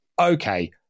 okay